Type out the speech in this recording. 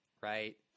right